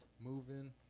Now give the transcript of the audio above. moving